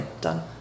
done